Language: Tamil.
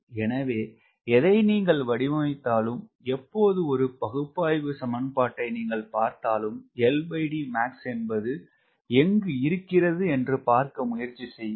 எனவே எதை நீங்கள் வடிவமைத்தாலும் எப்போது ஒரு பகுப்பாய்வு சமன்பாடை நீங்கள் பார்த்தாலும் என்பது எங்கு இருக்கிறது என்று பார்க்க முயற்சி செய்யுங்கள்